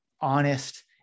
honest